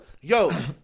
Yo